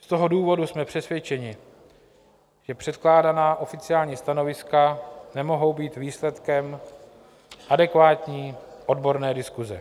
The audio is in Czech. Z toho důvodu jsme přesvědčeni, že předkládaná oficiální stanoviska nemohou být výsledkem adekvátní odborné diskuse.